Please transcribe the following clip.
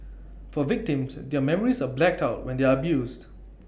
for victims their memories are blacked out when they are abused